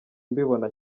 mbibona